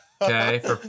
Okay